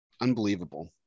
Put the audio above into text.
Unbelievable